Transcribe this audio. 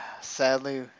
Sadly